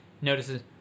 notices